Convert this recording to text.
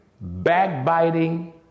backbiting